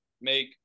make